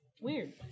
Weird